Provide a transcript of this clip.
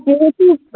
যেহেতু